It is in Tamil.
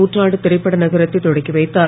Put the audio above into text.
நூற்றாண்டு திரைப்பட நகரத்தை தொடக்கி வைத்தார்